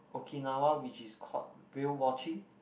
Okinawa which is called whale watching